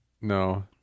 No